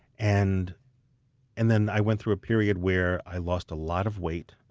and and then i went through a period where i lost a lot of weight.